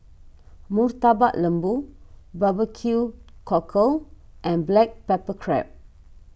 Murtabak Lembu Barbecue Cockle and Black Pepper Crab